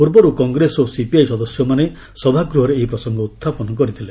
ପୂର୍ବରୁ କଂଗ୍ରେସ ଓ ସିପିଆଇ ସଦସ୍ୟମାନେ ସଭାଗୃହରେ ଏହି ପ୍ରସଙ୍ଗ ଉହ୍ଚାପନ କରିଥିଲେ